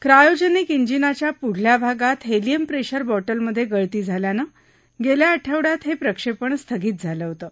cryogenic इंजिनाच्या पुढल्या भागात हेलियम प्रेशर बॉटलमध्ये गळती झाल्यानं गेल्या आठवड्यात हे प्रक्षेपण स्थगित झालं होतं